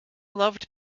loved